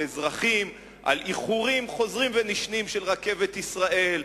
אזרחים על איחורים חוזרים ונשנים של רכבת ישראל,